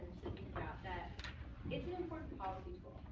that it's an important policy tool.